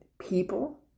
People